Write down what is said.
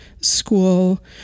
school